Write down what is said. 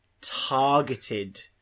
targeted